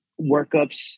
workups